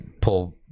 pull